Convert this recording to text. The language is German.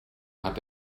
hat